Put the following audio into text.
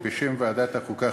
בשם ועדת החוקה,